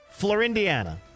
Florindiana